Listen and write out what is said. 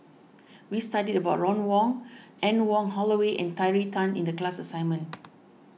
we studied about Ron Wong Anne Wong Holloway and Terry Tan in the class assignment